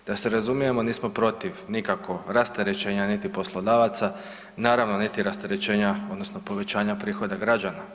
I da se razumijemo, nismo protiv nikako rasterećenja niti poslodavaca, naravno niti rasterećenja odnosno povećanja prihoda građana.